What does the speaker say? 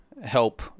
help